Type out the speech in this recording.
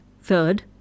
Third